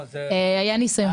היה ניסיון.